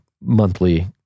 monthly